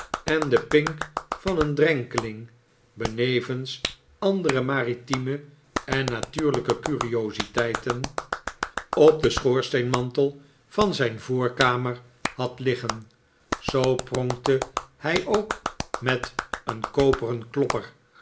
en den pink van een drenkeling benevens andere maritieme en natuurlijke curiositeiten op den nikola as nickleby schoorsteenmantel van zijn voorkamer had liggen zoo pronkte hij ook met een koperen klopper